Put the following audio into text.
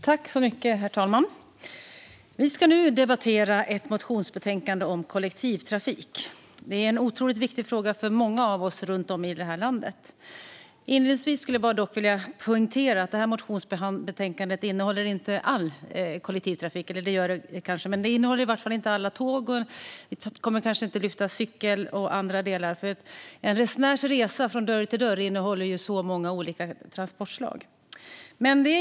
Herr talman! Vi ska nu debattera ett motionsbetänkande om kollektivtrafik, som är en viktig fråga för många av oss runt om i landet. Låt mig dock inledningsvis poängtera att i detta betänkande behandlas inte alla tågförbindelser, cykel med mera - en resa från dörr till dörr kan ju innehålla många olika transportslag.